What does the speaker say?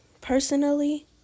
personally